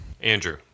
Andrew